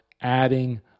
adding